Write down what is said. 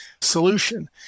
solution